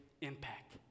impact